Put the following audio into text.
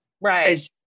Right